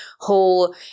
whole